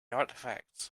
artifacts